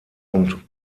und